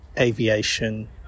aviation